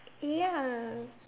ya